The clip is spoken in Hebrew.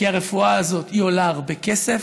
כי הרפואה הזאת עולה הרבה כסף,